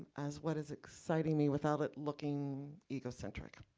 as what is exciting me without it looking egocentric.